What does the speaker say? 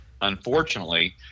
unfortunately